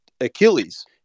Achilles